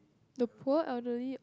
the poor elderly